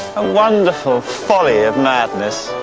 a wonderful folly of madness!